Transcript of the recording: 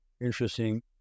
interesting